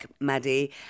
Maddie